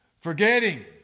Forgetting